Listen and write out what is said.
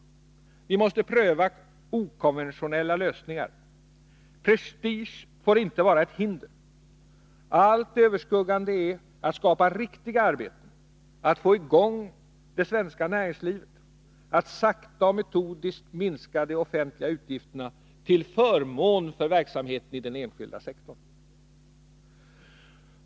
Vi måste pröva okonventionella lösningar. Prestige får inte vara ett hinder. Det allt överskuggande är att skapa riktiga arbeten, att få i gång det svenska näringslivet, att sakta och metodiskt minska de offentliga utgifterna till förmån för verksamheten i den enskilda sektorn.